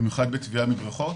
במיוחד בטביעה בבריכות.